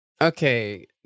Okay